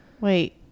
wait